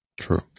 True